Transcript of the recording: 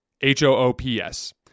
H-O-O-P-S